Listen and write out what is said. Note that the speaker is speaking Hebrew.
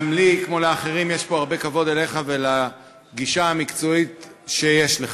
גם לי כמו לאחרים פה יש הרבה כבוד אליך ולגישה המקצועית שיש לך.